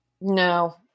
No